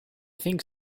think